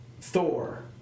Thor